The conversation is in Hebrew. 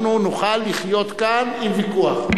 אנחנו נוכל לחיות כאן עם ויכוח,